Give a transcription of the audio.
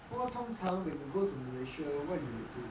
不过通常 when you go to malaysia what you will do